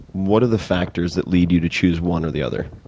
what are the factors that lead you to choose one or the other?